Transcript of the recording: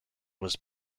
was